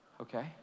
okay